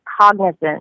cognizant